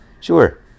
Sure